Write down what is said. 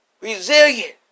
Resilient